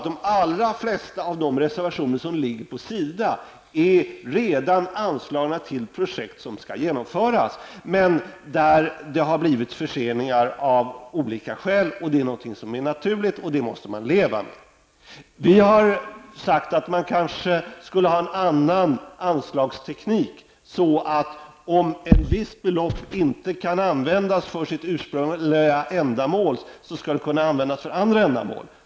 De allra flesta reservationer på SIDA är redan anslagna till projekt som skall genomföras men där det av olika skäl har blivit förseningar. Detta är något som är naturligt, och det måste man leva med. Vi har sagt att man kanske skall ha en annan anslagsteknik, som innebär att om ett visst belopp inte kan användas för sitt ursprungliga ändamål skall det kunna användas för andra ändamål.